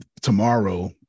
tomorrow